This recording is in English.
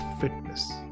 fitness